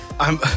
I'm-